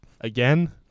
Again